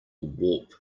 warp